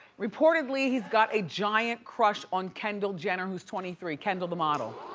reportedly, he's got a giant crush on kendall jenner who's twenty three. kendall the model.